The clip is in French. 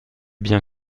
bien